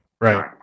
right